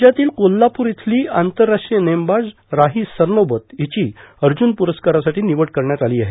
राज्यातील कोल्हापूर इथली आंतरराष्ट्रीय नेमबाज राही सरनोबत हिची अर्जुन पूरस्कारासाठी निवड करण्यात आली आहे